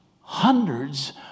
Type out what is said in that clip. hundreds